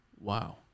Wow